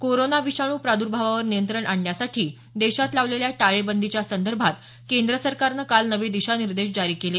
corona विषाणू प्रादुर्भावावर नियंत्रण आणण्यासाठी देशात लावलेल्या टाळेबंदीच्या संदर्भात केंद्र सरकारनं काल नवे दिशा निर्देश जारी केले